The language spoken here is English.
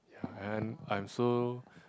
ya and I'm so